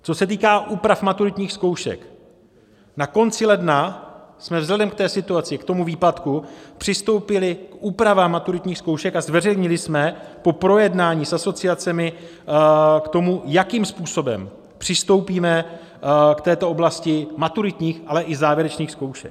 Co se týká úprav maturitních zkoušek, na konci ledna jsme vzhledem k situaci, k tomu výpadku přistoupili k úpravám maturitních zkoušek a zveřejnili jsme po projednání s asociacemi k tomu, jakým způsobem přistoupíme k této oblasti maturitních, ale i závěrečných zkoušek.